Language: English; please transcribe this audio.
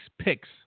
picks